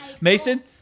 Mason